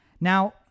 Now